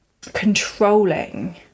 controlling